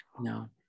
No